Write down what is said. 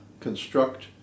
construct